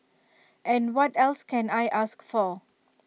and what else can I ask for